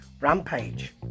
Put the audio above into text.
Rampage